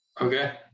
Okay